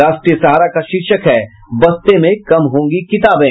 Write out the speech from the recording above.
राष्ट्रीय सहारा का शीर्षक है बस्ते में कम होंगी किताबें